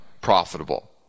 profitable